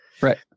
Right